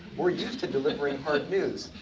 we're used to delivering hard news.